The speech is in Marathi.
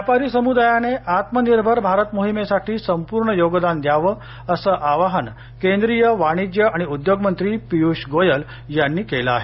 व्यापारी समुदायाने आत्मनिर्भर भारत मोहिमेसाठी संपूर्ण योगदान द्यावं असं आवाहन केंद्रीय वाणिज्य आणि उद्योग मंत्रा पियुष गोयल यांनी केलं आहे